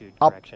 up